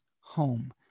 home